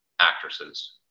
actresses